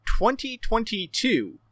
2022